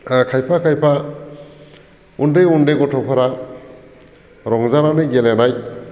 खायफा खायफा उन्दै उन्दै गथ'फोरा रंजानानै गेलेनाय